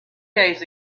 days